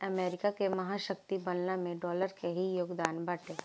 America के महाशक्ति बनला में डॉलर के ही योगदान बाटे